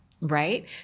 right